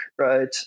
right